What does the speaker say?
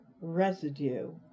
residue